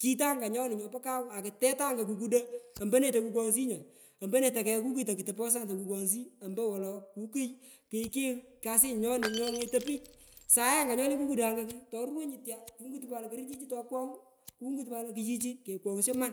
Chitanga nyoni nyopo kau akutetangaa kukudo ombone tokukwoghshiyi nyu omponetokegh kukui tokutopoisany tokukwoghshiyi ompowolo kukui kikigh kasinyi nyoni nyongetoi pich sae anga nyoni le kukudanga ko toruwonyi tya kungutu pat lo koru chichi tokwogh kungutu lo kichichu kekwoghsho man